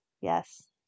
Yes